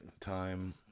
time